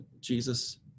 Jesus